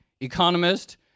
economist